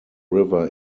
river